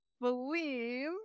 believe